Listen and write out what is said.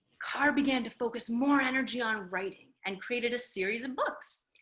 carr began to focus more energy on writing and created a series of books.